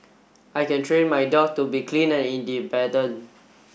I can train my dog to be clean and independent